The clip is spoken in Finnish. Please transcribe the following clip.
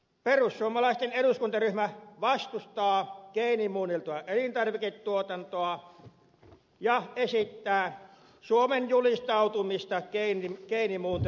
perussuomalaisten eduskuntaryhmä vastustaa geenimuunneltua elintarviketuotantoa ja esittää suomen julistautumista geenimuuntelusta vapaaksi maaksi